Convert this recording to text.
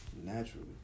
Naturally